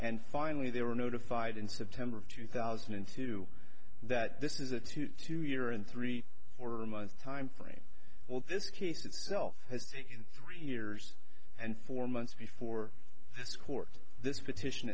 and finally they were notified in september of two thousand and two that this is a two two year and three or a month time frame all this case itself has three years and four months before this court this petition